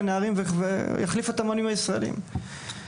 ויחליף את המאמנים הישראליים.